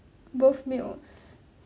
both meals